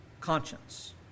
conscience